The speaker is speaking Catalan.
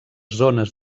zones